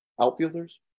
outfielders